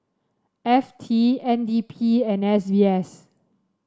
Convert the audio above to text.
F T N D P and S B S